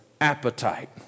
appetite